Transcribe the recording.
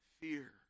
fear